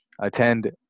attend